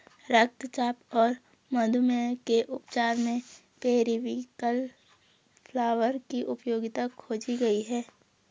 रक्तचाप और मधुमेह के उपचार में पेरीविंकल फ्लावर की उपयोगिता खोजी गई है